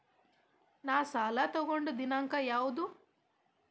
ನಾ ಸಾಲ ತಗೊಂಡು ದಿನಾಂಕ ಯಾವುದು?